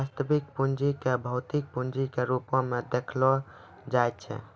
वास्तविक पूंजी क भौतिक पूंजी के रूपो म देखलो जाय छै